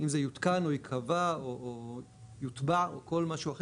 אם זה יותקן או ייקבע או יותבע או כל משהו אחר